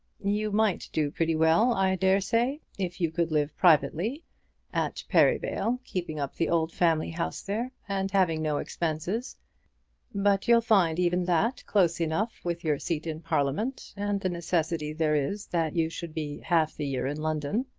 you might do pretty well, i dare say, if you could live privately at perivale, keeping up the old family house there, and having no expenses but you'll find even that close enough with your seat in parliament, and the necessity there is that you should be half the year in london.